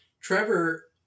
Trevor